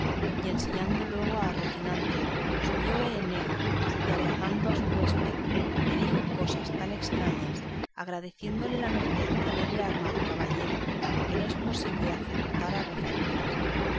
y ensillando luego a rocinante subió en él y abrazando a su huésped le dijo cosas tan estrañas agradeciéndole la merced de haberle armado caballero que no es posible acertar a referirlas el